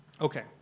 Okay